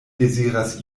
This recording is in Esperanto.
deziras